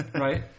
Right